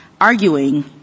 arguing